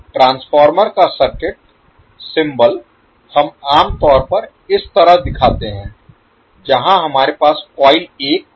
transformer का circuit symbol Symbol प्रतीक हम आम तौर पर इस तरह दिखाते हैं जहां हमारे पास कॉइल एक और दो हैं